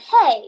hey